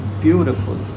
beautiful